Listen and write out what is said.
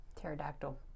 Pterodactyl